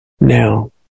now